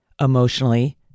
emotionally